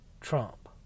Trump